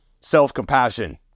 self-compassion